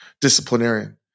disciplinarian